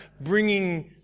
bringing